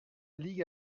ligue